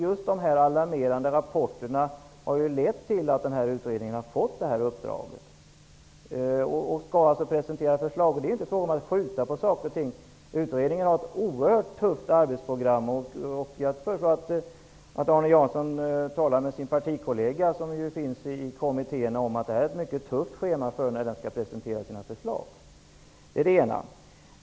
Just de alarmerande rapporterna har ju lett till att utredningen har fått det uppdraget och skall presentera ett förslag på den punkten. Det är inte fråga om att skjuta på saker och ting. Utredningen har ett oerhört tufft arbetsprogram. Jag föreslår att Arne Jansson talar med sin partikollega i kommittén. Då får han säkert veta att utredningen har ett mycket tufft schema som gäller när den skall presentera sina förslag.